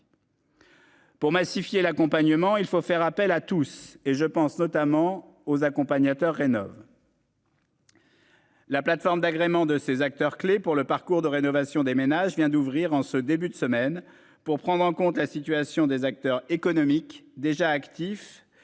Pour massifier l'accompagnement. Il faut faire appel à tous et je pense notamment aux accompagnateurs rénovent. La plateforme d'agrément de ces acteurs clés pour le parcours de rénovation des ménages vient d'ouvrir en ce début de semaine pour prendre en compte la situation des acteurs économiques déjà actifs